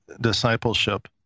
discipleship